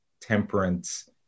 temperance